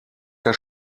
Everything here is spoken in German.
der